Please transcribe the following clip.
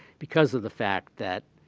because of the fact that